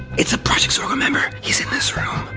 it's a project zorgo member. he's in this room.